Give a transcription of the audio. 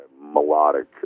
melodic